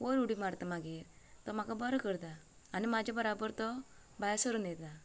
वयर उडी मारता मागीर तो म्हाका बरो करता आनी म्हाजे बराबर तो भायर सरून येता